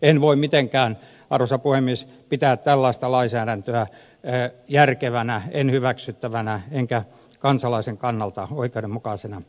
en voi mitenkään arvoisa puhemies pitää tällaista lainsäädäntöä järkevänä en hyväksyttävänä enkä kansalaisen kannalta oikeudenmukaisena